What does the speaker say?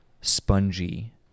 spongy